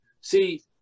See